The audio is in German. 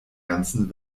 ganzen